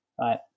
right